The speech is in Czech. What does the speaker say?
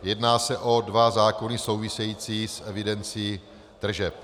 Jedná se o dva zákony související s evidencí tržeb.